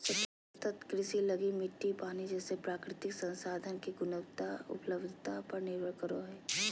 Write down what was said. सतत कृषि लगी मिट्टी, पानी जैसे प्राकृतिक संसाधन के गुणवत्ता, उपलब्धता पर निर्भर करो हइ